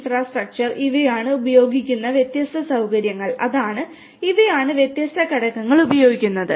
ഇവയാണ് ഉപയോഗിക്കുന്ന വ്യത്യസ്ത സൌകര്യങ്ങൾ അതാണ് ഇവയാണ് വ്യത്യസ്ത ഘടകങ്ങൾ ഉപയോഗിക്കുന്നത്